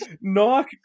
Knock